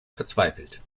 verzweifelt